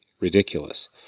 ridiculous